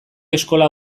eskola